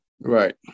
Right